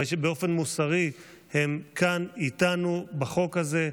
הרי שבאופן מוסרי הם כאן איתנו בחוק הזה.